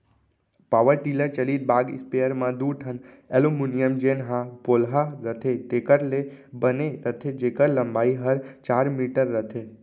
power tiller चलित बाग spare म दू ठन एलमोनियम जेन ह पोलहा रथे तेकर ले बने रथे जेकर लंबाई हर चार मीटर रथे